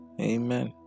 amen